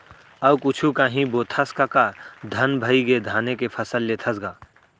अउ कुछु कांही बोथस कका धन भइगे धाने के फसल लेथस गा?